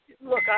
Look